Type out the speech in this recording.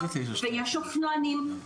ויש אופנוענים.